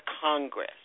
Congress